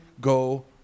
go